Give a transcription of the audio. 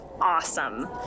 awesome